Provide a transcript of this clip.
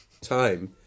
time